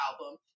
album